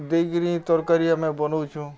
ଦେଇକରି ତର୍କାରୀ ଆମେ ବନଉଛୁଁ